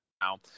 now